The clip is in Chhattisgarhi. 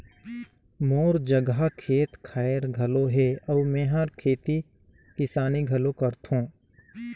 मोर जघा खेत खायर घलो हे अउ मेंहर खेती किसानी घलो करथों